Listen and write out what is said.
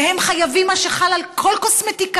והם חייבים במה שחל על כל קוסמטיקאית,